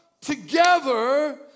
together